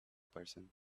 person